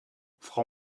frau